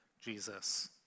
Jesus